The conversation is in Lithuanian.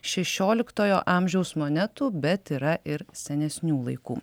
šešioliktojo amžiaus monetų bet yra ir senesnių laikų